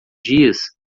dias